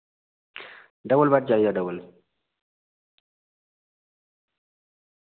double bed चाहिदा double